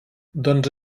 doncs